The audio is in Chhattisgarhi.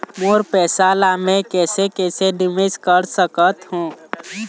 मोर पैसा ला मैं कैसे कैसे निवेश कर सकत हो?